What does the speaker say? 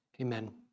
Amen